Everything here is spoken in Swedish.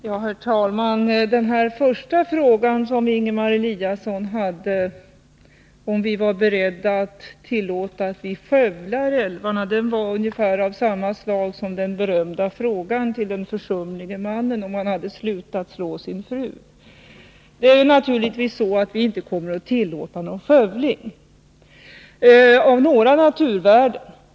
Herr talman! Den första frågan som Ingemar Eliasson ställde, om vi var beredda att tillåta skövlingar av älvarna, var ungefär av samma slag som den berömda frågan till den försumlige mannen om han hade slutat slå sin fru. Vi kommer naturligtvis inte att tillåta någon skövling av några naturvärden.